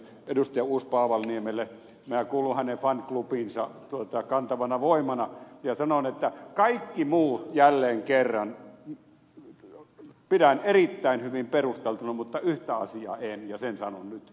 minä kuulun hänen fan clubiinsa kantavana voimana ja sanon että kaikkia muita asioita jälleen kerran pidän erittäin hyvin perusteltuina mutta yhtä asiaa en ja sen sanon nyt